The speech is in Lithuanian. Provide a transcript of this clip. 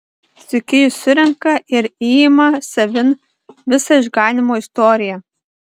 sykiu jis surenka ir įima savin visą išganymo istoriją